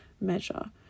measure